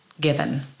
given